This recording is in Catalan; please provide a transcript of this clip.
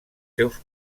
seus